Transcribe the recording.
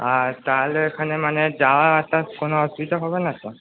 আর তাহলে এখানে মানে যাওয়া আসার কোনও অসুবিধা হবে না তো